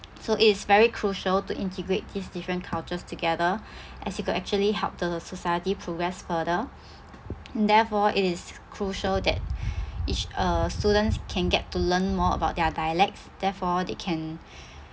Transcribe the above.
so it's very crucial to integrate these different cultures together as you could actually help the society progress further therefore it is crucial that each uh students can get to learn more about their dialects therefore they can